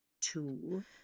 two